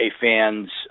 fan's